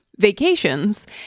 Vacations